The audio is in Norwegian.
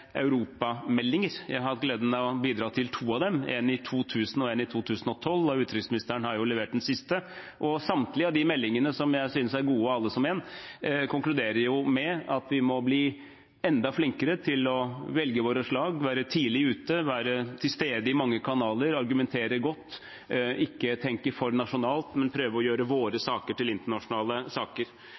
europameldinger. Jeg har hatt gleden av å bidra til to av dem – én i 2000 og én i 2012 – og utenriksministeren har levert den siste. Samtlige av de meldingene – som jeg synes er gode, alle som én – konkluderer med at vi må bli enda flinkere til å velge våre slag, være tidlig ute, være til stede i mange kanaler, argumentere godt, ikke tenke for nasjonalt, men prøve å gjøre våre saker til internasjonale saker.